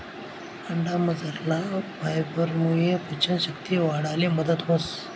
अंडामझरला फायबरमुये पचन शक्ती वाढाले मदत व्हस